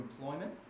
employment